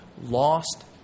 lost